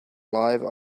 live